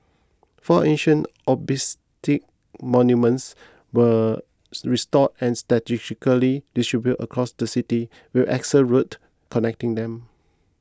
four ancient obelisk monuments were restored and strategically distributed across the city with axial roads connecting them